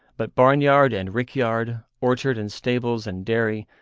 but barnyard and rickyard, orchard and stables and dairy,